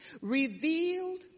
revealed